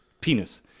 Penis